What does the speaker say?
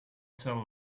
tell